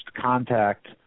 contact